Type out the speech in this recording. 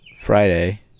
Friday